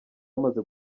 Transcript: bamaze